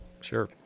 Sure